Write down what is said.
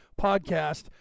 podcast